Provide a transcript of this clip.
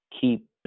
keep